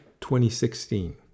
2016